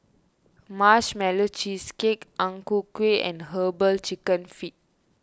Marshmallow Cheesecake Ang Ku Kueh and Herbal Chicken Feet